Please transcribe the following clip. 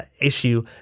issue